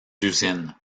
usines